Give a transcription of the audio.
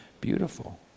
beautiful